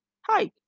Hi